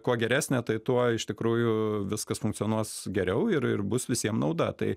kuo geresnė tai tuo iš tikrųjų viskas funkcionuos geriau ir ir bus visiem nauda tai